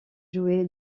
joué